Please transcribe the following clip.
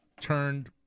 turned